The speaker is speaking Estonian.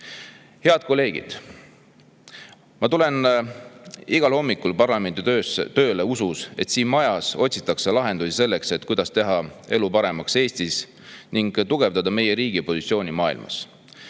kolleegid, ma tulen igal hommikul parlamenti tööle usus, et siin majas otsitakse lahendusi selleks, et teha elu Eestis paremaks ning tugevdada meie riigi positsiooni maailmas.